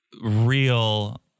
real